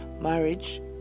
marriage